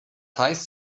heißt